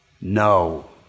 No